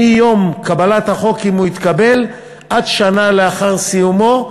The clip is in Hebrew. מיום קבלת החוק, אם הוא יתקבל, עד שנה לאחר סיומו.